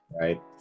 Right